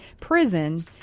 prison